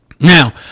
Now